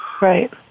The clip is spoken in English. Right